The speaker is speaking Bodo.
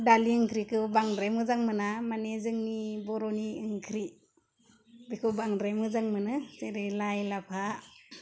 दालि ओंख्रिखौ बांद्राय मोजां मोना माने जोंनि बर'नि ओंख्रि बेखौ बांद्राय मोजां मोनो जेरै लाइ लाफा